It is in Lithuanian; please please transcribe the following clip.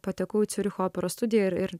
patekau į ciuricho operos studiją ir ir